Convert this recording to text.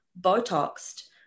Botoxed